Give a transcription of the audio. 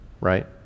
right